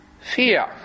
fear